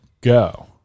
go